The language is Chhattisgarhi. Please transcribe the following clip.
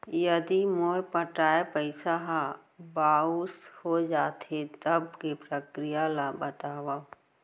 यदि मोर पटाय पइसा ह बाउंस हो जाथे, तब के प्रक्रिया ला बतावव